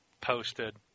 posted